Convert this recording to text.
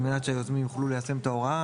על מנת שהיוזמים יוכלו ליישם את ההוראה,